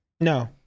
No